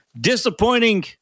Disappointing